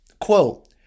quote